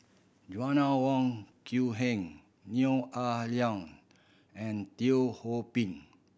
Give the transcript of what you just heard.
Joanna Wong Quee Heng Neo Ah Luan and Teo Ho Pin